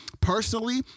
Personally